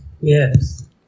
Yes